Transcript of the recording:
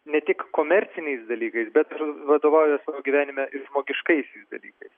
ne tik komerciniais dalykais bet ir vadovaujuos savo gyvenime ir žmogiškaisiais dalykais